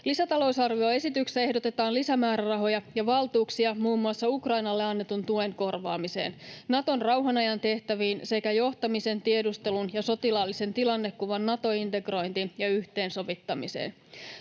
Lisätalousarvioesityksessä ehdotetaan lisämäärärahoja ja valtuuksia muun muassa Ukrainalle annetun tuen korvaamiseen, Naton rauhanajan tehtäviin sekä johtamisen, tiedustelun ja sotilaallisen tilannekuvan Nato-integrointiin ja yhteensovittamiseen.